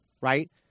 right